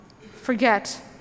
forget